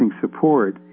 support